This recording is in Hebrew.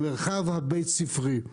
המרחב הבית ספרי.